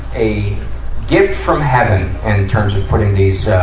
a gift from heaven, in terms of putting these, ah,